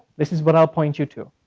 this is what i'll point you to.